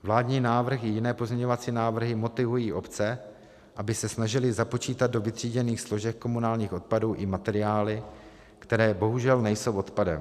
Vládní návrh i jiné pozměňovací návrhy motivují obce, aby se snažily započítat do vytříděných složek komunálních odpadů i materiály, které bohužel nejsou odpadem.